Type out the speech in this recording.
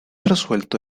resuelto